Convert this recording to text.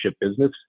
business